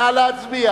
נא להצביע.